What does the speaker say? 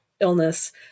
illness